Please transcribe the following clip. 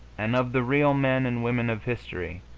and of the real men and women of history,